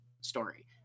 story